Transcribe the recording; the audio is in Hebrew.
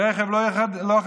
לרכב לא חרדי,